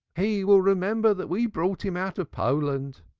he will remember that we brought him out of poland.